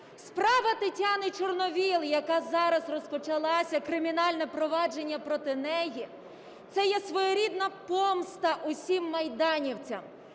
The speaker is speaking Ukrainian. Справа Тетяни Чорновол, яка зараз розпочалася, кримінальне провадження проти неї, це є своєрідна помста усім майданівцям,